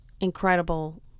incredible